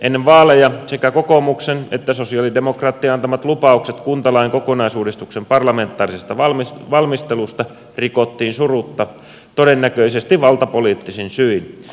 ennen vaaleja sekä kokoomuksen että sosialidemokraattien antamat lupaukset kuntalain kokonaisuudistuksen parlamentaarisesta valmistelusta rikottiin surutta todennäköisesti valtapoliittisin syin